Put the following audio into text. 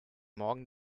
morgen